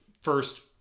first